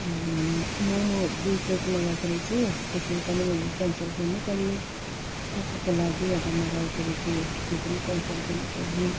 मोमो दुई प्लेट मगाएको रहेछु त्यसमा पनि मैले क्यान्सल गर्नु पर्यो कोका कोला दुईवटा मगाएको रहेछु त्यो पनि क्यान्सल गर्नु पर्यो